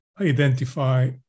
identify